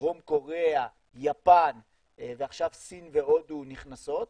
דרום קוריאה, יפן ועכשיו סין והודו נכנסות,